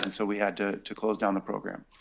and so we had to to close down the program.